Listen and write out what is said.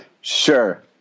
Sure